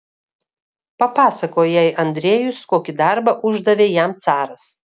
papasakojo jai andrejus kokį darbą uždavė jam caras